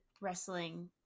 wrestling